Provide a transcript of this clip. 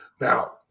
Now